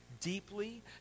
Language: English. deeply